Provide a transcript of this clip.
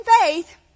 faith